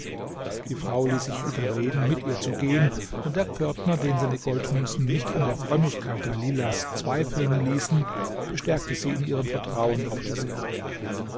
die frau ließ sich überreden mit ihr zu gehen und der pförtner den seine goldmünzen nicht an der frömmigkeit dalilahs zweifeln ließen bestärkte sie in ihrem vertrauen auf dieselbe